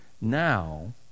now